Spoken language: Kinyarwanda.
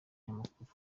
kinyamakuru